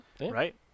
Right